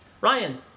Ryan